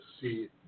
see